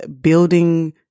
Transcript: building